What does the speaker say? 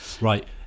right